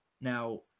Now